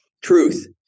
Truth